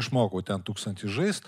išmokau ten tūkstantį žaist